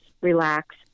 Relax